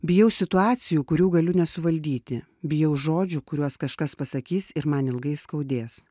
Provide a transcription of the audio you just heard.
bijau situacijų kurių galiu nesuvaldyti bijau žodžių kuriuos kažkas pasakys ir man ilgai skaudės